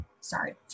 sorry